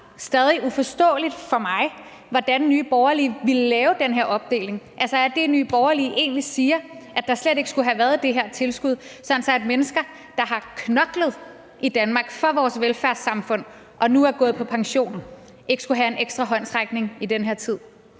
meget uforståeligt for mig, hvordan Nye Borgerlige ville lave den her opdeling. Er det, Nye Borgerlige egentlig siger, at der slet ikke skulle have været det her tilskud, sådan at mennesker, der har knoklet i Danmark for vores velfærdssamfund og nu er gået på pension, ikke skulle have en ekstra håndsrækning i den her tid?